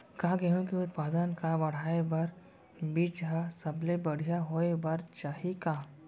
का गेहूँ के उत्पादन का बढ़ाये बर बीज ह सबले बढ़िया होय बर चाही का?